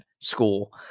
school